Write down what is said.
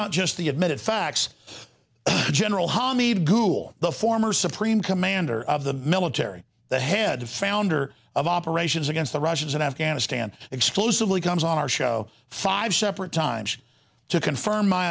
not just the admitted facts general harmeet ghoul the former supreme commander of the military the head of founder of operations against the russians in afghanistan exclusively comes on our show five separate times to confirm my